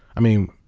i mean,